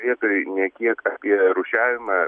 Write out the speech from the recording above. vietoj ne kiek apie rūšiavimą